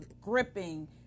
gripping